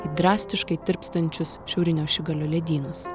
į drastiškai tirpstančius šiaurinio ašigalio ledynus